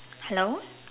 hello